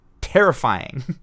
terrifying